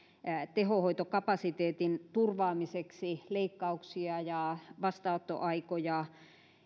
tehohoitokapasiteetin turvaamiseksi leikkauksia ja vastaanottoaikoja